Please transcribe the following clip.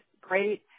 great